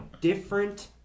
different